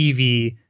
EV